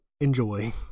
Enjoy